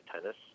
tennis